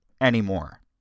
anymore